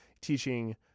teaching